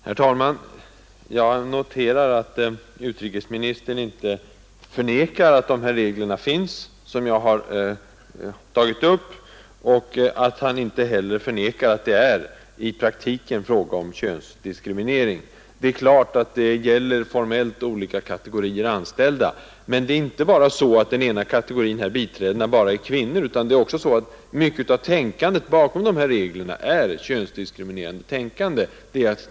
Herr talman! Jag noterar att utrikesministern inte förnekar att de regler som jag har tagit upp finns, och att han inte heller förnekar att det i praktiken är fråga om könsdiskriminering. Självfallet gäller det formellt olika kategorier av anställda, men det är inte bara så att den ena kategorin — biträdena — är kvinnor, utan också så att mycket av tänkandet bakom dessa regler har könsdiskriminerande karaktär.